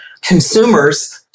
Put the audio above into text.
consumers